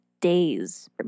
days